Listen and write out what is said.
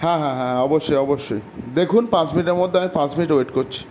হ্যাঁ হ্যাঁ হ্যাঁ অবশ্যই অবশ্যই দেখুন পাঁচ মিনিটের মধ্যে আমি পাঁচ মিনিট ওয়েট করছি